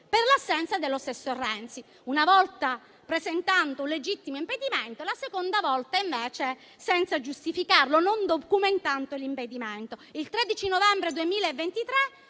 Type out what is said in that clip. per l'assenza dello stesso Renzi, che una volta ha presentato un legittimo impedimento, la seconda volta invece senza giustificarlo, né documentarlo. Il 13 novembre 2023,